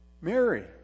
Mary